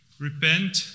Repent